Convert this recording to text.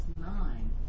nine